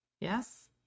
Yes